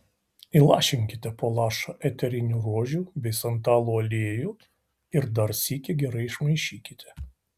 įlašinkite po lašą eterinio rožių bei santalų aliejų ir dar sykį gerai išmaišykite